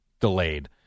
delayed